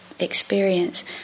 experience